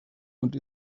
und